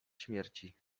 śmierci